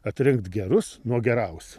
atrinkt gerus nuo gerausų